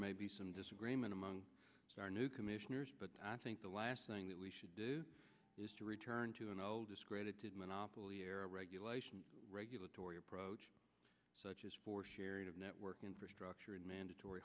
may be some disagreement among our new commissioners but i think the last thing that we should do is to return to an old discredited monopoly era regulation regulatory approach such as for sharing of network infrastructure and mandatory